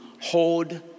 Hold